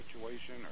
situation